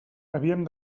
havíem